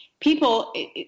people